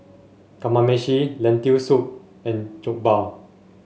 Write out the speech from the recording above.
Kamameshi Lentil Soup and Jokbal